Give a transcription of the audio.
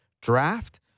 Draft